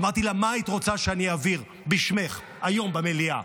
אמרתי לה: מה היית רוצה שאעביר בשמך היום במליאה?